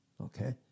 okay